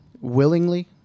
willingly